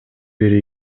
бирге